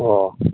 ꯑꯣ